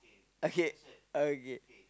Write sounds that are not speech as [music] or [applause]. okay [noise] okay